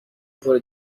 پره